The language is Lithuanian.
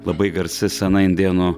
labai garsi sena indėnų